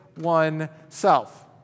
oneself